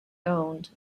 owned